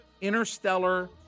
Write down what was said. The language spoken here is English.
Interstellar